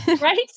Right